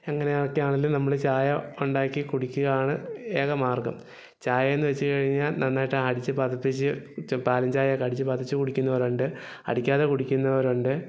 എങ്ങനെയൊക്കെ ആണെങ്കിലും നമ്മൾ ചായ ഉണ്ടാക്കി കുടിക്കുകയാണ് ഏക മാർഗ്ഗം ചായയെന്ന് വെച്ച് കഴിഞ്ഞാൽ നന്നായിട്ട് അടിച്ച് പതപ്പിച്ച് പാലും ചായ അടിച്ച് പതച്ച് കുടിക്കുന്നവരുണ്ട് അടിക്കാതെ കുടിക്കുന്നവരുണ്ട്